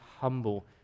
humble